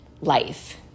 life